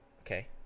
okay